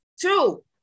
Two